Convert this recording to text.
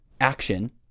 action